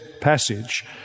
passage